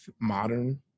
modern